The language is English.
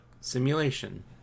simulation